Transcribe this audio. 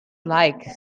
like